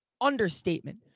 understatement